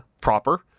proper